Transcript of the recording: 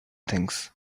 things